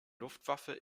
luftwaffe